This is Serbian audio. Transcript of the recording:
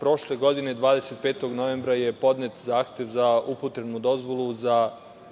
prošle godine 25. novembra je podnet zahtev za upotrebnu dozvolu za